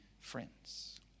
friends